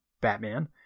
Batman